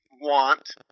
want